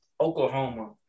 Oklahoma